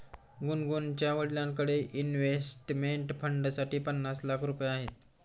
गुनगुनच्या वडिलांकडे इन्व्हेस्टमेंट फंडसाठी पन्नास लाख रुपये आहेत